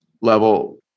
level